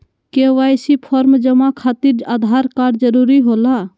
KYC form जमा खातिर Aadhaar card जरूरी होला?